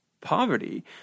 poverty